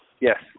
Yes